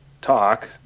talk